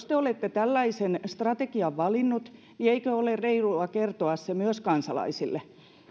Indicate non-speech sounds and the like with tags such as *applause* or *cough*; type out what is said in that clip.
*unintelligible* te olette tällaisen strategian valinneet eikö ole reilua kertoa se myös kansalaisille